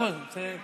בבקשה.